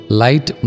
light